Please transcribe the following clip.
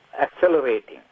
accelerating